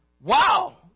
wow